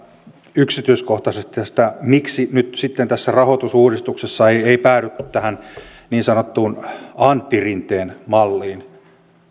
yksityiskohtaisesti tästä miksi nyt sitten tässä rahoitusuudistuksessa ei päädytty tähän niin sanottuun antti rinteen malliin